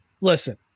Listen